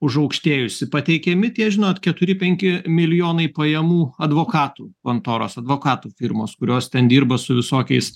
užaukštėjusi pateikiami tie žinot keturi penki milijonai pajamų advokatų kontoros advokatų firmos kurios ten dirba su visokiais